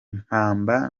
impamba